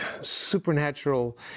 supernatural